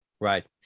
Right